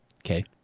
Okay